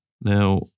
Now